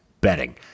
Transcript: betting